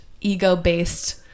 ego-based